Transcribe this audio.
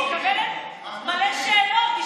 אני מקבלת מלא שאלות.